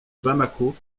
bamako